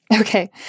Okay